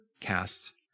cast